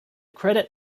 credit